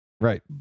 right